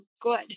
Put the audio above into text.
good